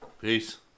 Peace